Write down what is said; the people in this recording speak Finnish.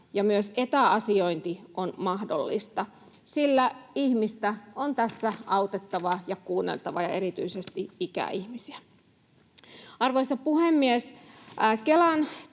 ja myös etäasiointi on mahdollista, sillä ihmistä on tässä autettava ja kuunneltava ja erityisesti ikäihmisiä. Arvoisa puhemies! Kelan